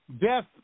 Death